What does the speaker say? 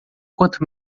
quanto